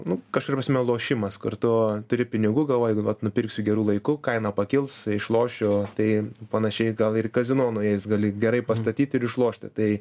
nu kažkuria prasme lošimas kur tu turi pinigų galvoji jeigu vat nupirksiu geru laiku kaina pakils išlošiu tai panašiai gal ir į kazino nuėjus gali gerai pastatyt ir išlošti tai